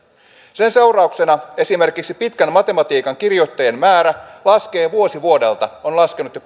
sen seurauksena esimerkiksi pitkän matematiikan kirjoittajien määrä laskee vuosi vuodelta on laskenut jo